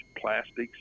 plastics